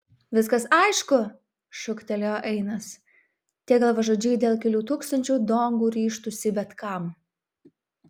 viskas aišku šūktelėjo ainas tie galvažudžiai dėl kelių tūkstančių dongų ryžtųsi bet kam